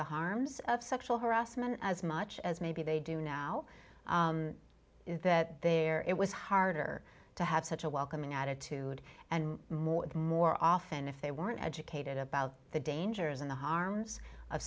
the harms of sexual harassment as much as maybe they do now that their it was harder to have such a welcoming attitude and more more often if they weren't educated about the dangers in the harms of